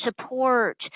support